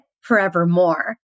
forevermore